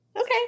Okay